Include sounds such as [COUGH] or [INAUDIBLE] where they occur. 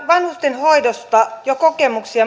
vanhustenhoidosta kokemuksia [UNINTELLIGIBLE]